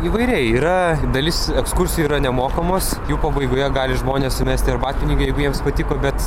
įvairiai yra dalis ekskursijų yra nemokamos jų pabaigoje gali žmonės sumesti arbatpinigių jeigu jiems patiko bet